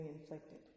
inflicted